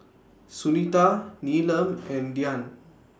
Sunita Neelam and Dhyan